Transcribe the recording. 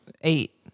eight